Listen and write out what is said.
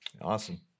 Awesome